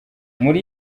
muri